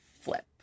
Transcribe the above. flip